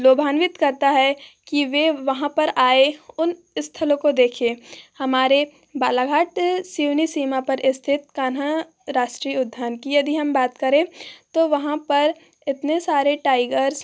लुभान्वित करता है कि वे वहाँ पर आए उन स्थलों को देखें हमारे बालाघाट सिवनी सीमा पर स्थित कान्हा राष्ट्रीय उद्यान की यदि हम बात करें तो वहाँ पर इतने सारे टाइगर्स